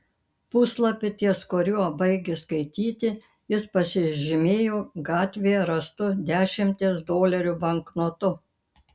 puslapį ties kuriuo baigė skaityti jis pasižymėjo gatvėje rastu dešimties dolerių banknotu